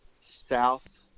south